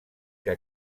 que